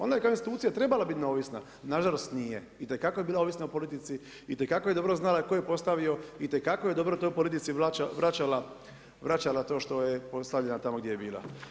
Ona je kao institucija trebala biti neovisna, nažalost nije, itekako je bila ovisna o politici, itekako je dobro znala tko ju je postavio, itekako je dobro toj politici vraćala to što je postavljena tamo gdje je bila.